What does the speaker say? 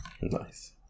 Nice